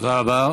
תודה רבה.